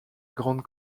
grande